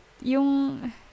Yung